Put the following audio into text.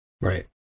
Right